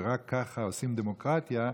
ורק ככה עושים דמוקרטיה,